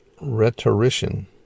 rhetorician